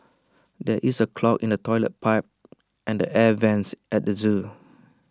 there is A clog in the Toilet Pipe and the air Vents at the Zoo